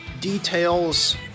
details